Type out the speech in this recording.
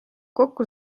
kokku